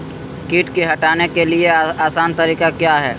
किट की हटाने के ली आसान तरीका क्या है?